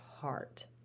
heart